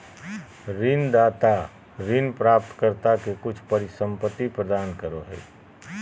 ऋणदाता ऋण प्राप्तकर्ता के कुछ परिसंपत्ति प्रदान करो हइ